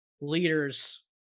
leaders